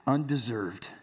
Undeserved